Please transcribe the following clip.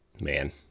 man